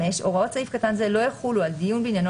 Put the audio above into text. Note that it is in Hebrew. (5) הוראות סעיף קטן זה לא יחולו על דיון בעניינו